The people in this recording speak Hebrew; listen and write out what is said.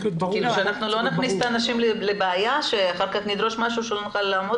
שלא נכניס את האנשים לבעיה ואחר כך נדרוש משהו שלא נוכל לעמוד בו.